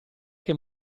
che